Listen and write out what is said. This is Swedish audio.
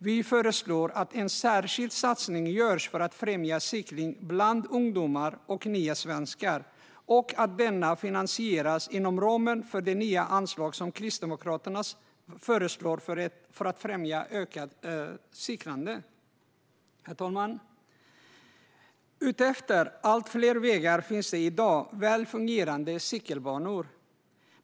Vi föreslår att en särskild satsning görs för att främja cykling bland ungdomar och nya svenskar och att denna finansieras inom ramen för det nya anslag som Kristdemokraterna föreslår för att främja ett ökat cyklande. Herr talman! Utefter allt fler vägar finns det i dag väl fungerande cykelbanor.